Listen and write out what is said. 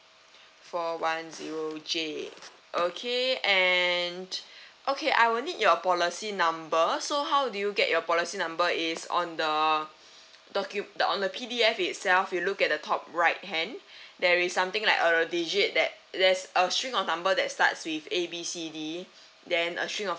four one zero J okay and okay I will need your policy number so how do you get your policy number is on the docum~ on the P_D_F itself you look at the top right hand there is something like a digit that there's a string of number that starts with A B C D then a string of